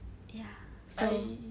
ya so